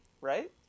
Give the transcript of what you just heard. Right